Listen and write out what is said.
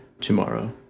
tomorrow